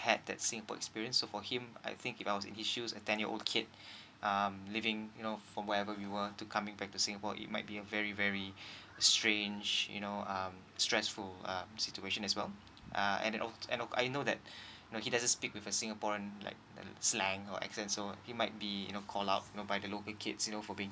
had that singapore experience so for him I think if I was in his shoe a ten year old kid um living you know from whatever we were to coming back to singapore it might be a very very strange you know um stressful um situation as well uh and then of and of I know that he doesn't stick with a singaporean like like slang or accent so he might be you know called out by the local kids you know for being